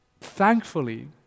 Thankfully